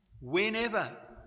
Whenever